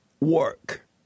work